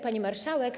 Pani Marszałek!